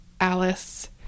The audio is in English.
Alice